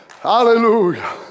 Hallelujah